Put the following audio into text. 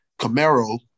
Camaro